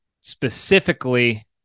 specifically